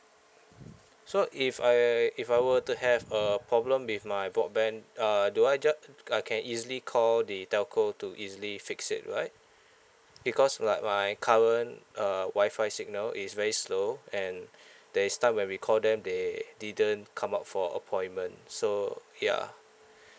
so if I if I were to have a problem with my broadband uh do I ju~ uh can easily call the telco to easily fix it right because like my current uh wi-fi signal is very slow and there is time when we call them they didn't come out for appointment so ya